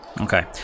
Okay